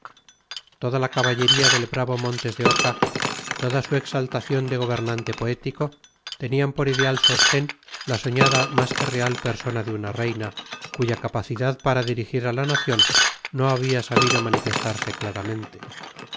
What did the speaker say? toda la caballería del bravo montes de oca toda su exaltación de gobernante poético tenían por ideal sostén la soñada más que real persona de una reina cuya capacidad para dirigir a la nación no había sabido manifestarse claramente